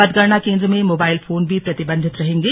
मतगणना केन्द्र में मोबाइल फोन भी प्रतिबन्धित रहेंगे